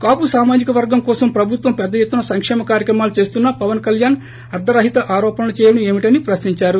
కాపు సామాజిక వర్గం కోసం ప్రభుత్వం పెద్ద ఎత్తున సంకేమ కార్యక్రమాలు చేస్తున్నా పవన్ కళ్చాణ్ అర్ద రహిత ఆరోపణలు చేయడం ఏమిటని ప్రశ్నించారు